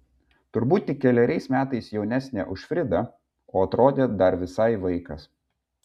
turbūt tik keleriais metais jaunesnė už fridą o atrodė dar visai vaikas